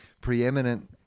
preeminent